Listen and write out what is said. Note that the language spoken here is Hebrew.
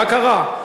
מה קרה?